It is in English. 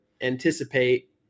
anticipate